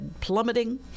plummeting